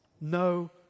No